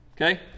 Okay